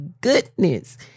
goodness